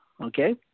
okay